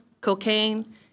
cocaine